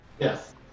yes